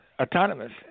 autonomous